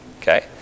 Okay